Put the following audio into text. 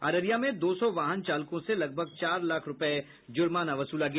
अररिया में दो सौ वाहन चालकों से लगभग चार लाख रूपये जुर्माना वसूला गया